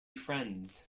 friends